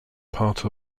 part